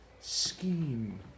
scheme